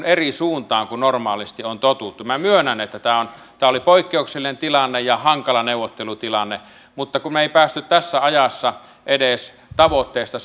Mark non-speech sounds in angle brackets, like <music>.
<unintelligible> eri suuntaan kuin normaalisti on totuttu minä myönnän että tämä oli poikkeuksellinen tilanne ja hankala neuvottelutilanne mutta kun me emme päässeet tässä ajassa edes tavoitteesta <unintelligible>